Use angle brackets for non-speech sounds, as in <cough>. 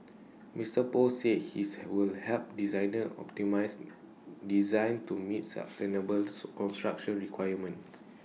Mister Poh said his will help designers optimise designs to meet sustainable <noise> construction requirements